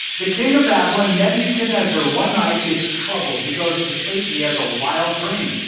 the king of babylon, nebuchadnezzar, one night is troubled. he goes to sleep, he has a wild dream.